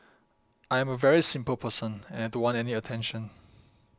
I am a very simple person and I don't want any attention